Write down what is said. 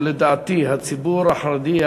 שלדעתי הציבור החרדי,